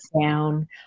down